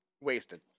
wasted